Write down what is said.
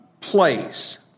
place